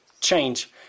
change